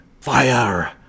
Fire